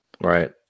Right